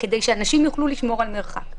כדי שאנשים יוכלו לשמור על מרחק.